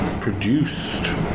produced